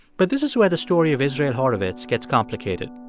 but this is where the story of israel horovitz gets complicated.